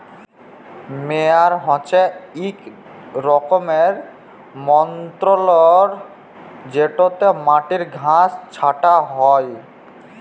মেয়ার হছে ইক রকমের যল্তর যেটতে মাটির ঘাঁস ছাঁটা হ্যয়